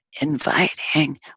inviting